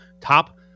Top